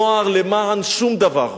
נוער למען שום דבר.